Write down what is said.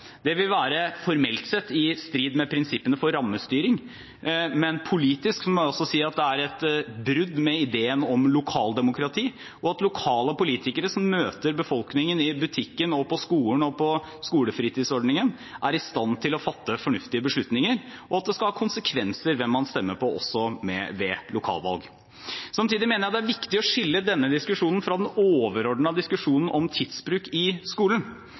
Det vil være formelt sett i strid med prinsippene for rammestyring, men politisk må jeg også si at det er et brudd med ideen om lokaldemokrati – at lokale politikere som møter befolkningen i butikken, på skolen og på skolefritidsordningen, er i stand til å fatte fornuftige beslutninger, og at det skal ha konsekvenser hvem man stemmer på, også ved lokalvalg. Samtidig mener jeg at det er viktig å skille denne diskusjonen fra den overordnede diskusjonen om tidsbruk i skolen.